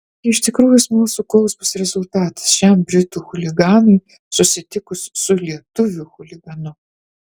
taigi iš tikrųjų smalsu koks bus rezultatas šiam britų chuliganui susitikus su lietuvių chuliganu